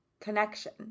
connection